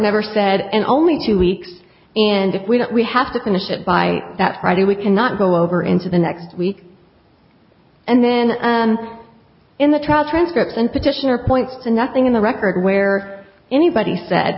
never said and only two weeks and if we don't we have to finish it by that friday we cannot go over into the next week and then in the trial transcripts and petitioner point to nothing in the record where anybody said